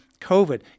covid